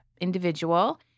individual